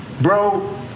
Bro